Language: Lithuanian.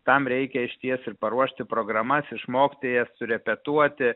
tam reikia išties ir paruošti programas išmokti jas surepetuoti